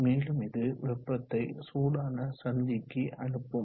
மேலும் இது வெப்பத்தை சூடான சந்திக்கு அனுப்பும்